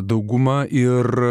dauguma ir